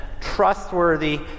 trustworthy